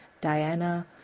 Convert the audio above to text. Diana